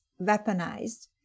weaponized